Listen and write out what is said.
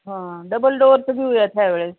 हा डबल डोअरचं घेऊयात ह्या वेळेस